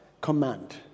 command